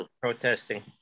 protesting